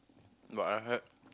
but I had